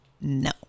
No